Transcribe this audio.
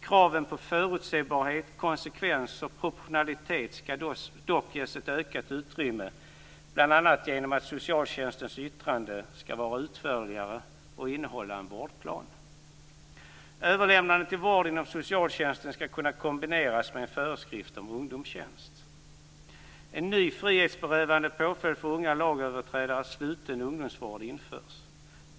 Kraven på förutsägbarhet, konsekvens och proportionalitet skall dock ges ett ökat utrymme, bl.a. genom att socialtjänstens yttrande skall vara utförligare och innehålla en vårdplan. Överlämnande till vård inom socialtjänsten skall kunna kombineras med en föreskrift om ungdomstjänst. En ny frihetsberövande påföljd för unga lagöverträdare, sluten ungdomsvård, införs.